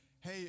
hey